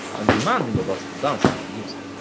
and demanding of us to dance to the music.